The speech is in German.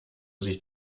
sich